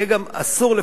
יהיה גם אסור לפרסם עבורו,